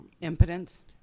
Impotence